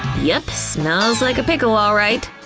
yep, smells like a pickle, alright.